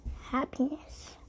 Happiness